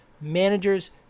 managers